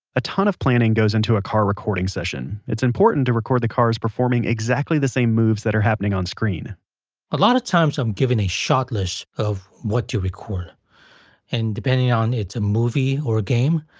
a ton of planning goes into a car recording session. it's important to record the cars performing exactly the same moves that are happening on screen a lot of times i'm given a shot list of what to record and depending on it's a movie or a game,